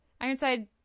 Ironside